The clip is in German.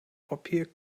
papier